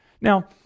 Now